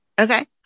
Okay